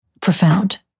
profound